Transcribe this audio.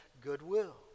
goodwill